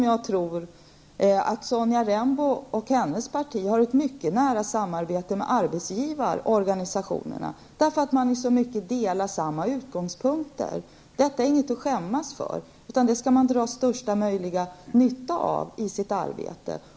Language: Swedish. Jag tror att Sonja Rembo och hennes parti på samma sätt har ett mycket nära samarbete med arbetsgivarorganisationerna, därför att man i så mycket har samma utgångspunkter. Detta är inget att skämmas för. Det skall man dra största möjliga nytta av i sitt arbete.